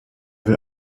will